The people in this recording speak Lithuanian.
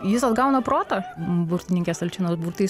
jis atgauna protą burtininkės alčinos burtai